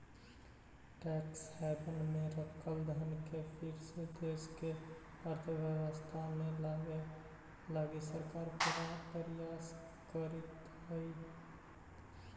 tax haven में रखल धन के फिर से देश के अर्थव्यवस्था में लावे लगी सरकार प्रयास करीतऽ हई